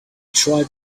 tried